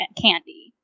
candy